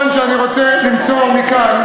מובן שאני רוצה למסור מכאן,